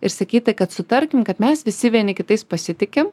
ir sakyti kad sutarkim kad mes visi vieni kitais pasitikim